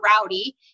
rowdy